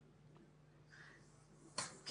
כן.